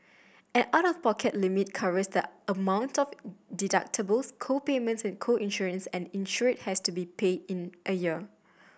an out of pocket limit covers the amount of deductibles co payments and co insurance an insured has to be pay in a year